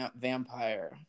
vampire